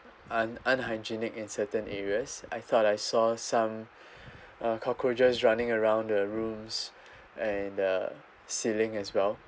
un~ unhygienic in certain areas I thought I saw some uh cockroaches running around the rooms and the ceiling as well